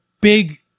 big